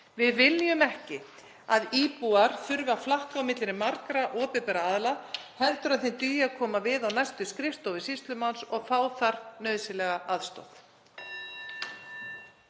Við viljum ekki að íbúar þurfi að flakka á milli margra opinberra aðila heldur að þeim dugi að koma við á næstu skrifstofu sýslumanns og fá þar nauðsynlega aðstoð.